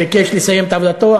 ביקש לסיים את עבודתו,